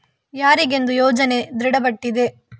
ಯಾರಿಗೆಂದು ಯೋಜನೆ ದೃಢಪಟ್ಟಿದೆ?